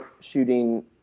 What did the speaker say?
shooting –